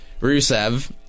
Rusev